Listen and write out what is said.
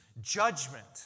judgment